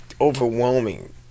overwhelming